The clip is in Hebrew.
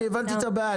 הבנתי את הבעיה,